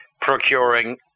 procuring